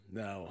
no